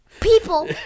People